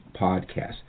podcast